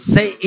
Say